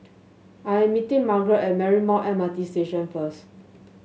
I am meeting Margarette at Marymount M R T Station first